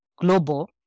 global